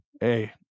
hey